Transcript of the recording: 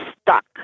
stuck